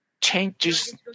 changes